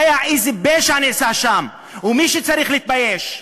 יודע איזה פשע נעשה שם ומי צריך להתבייש.